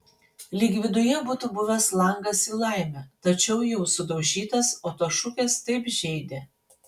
lyg viduje būtų buvęs langas į laimę tačiau jau sudaužytas o tos šukės taip žeidė